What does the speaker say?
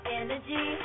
energy